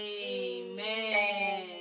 Amen